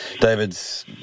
David's